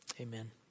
Amen